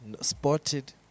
spotted